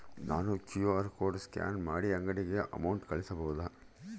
ನಾನು QR code scan ಮಾಡಿ ಅಂಗಡಿಗೆ ಅಮೌಂಟ್ ಕಳಿಸಬಹುದಾ?